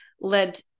led